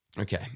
Okay